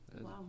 Wow